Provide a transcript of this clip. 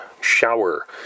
shower